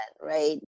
right